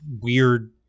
weird